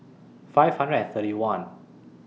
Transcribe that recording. five hundred and thirty one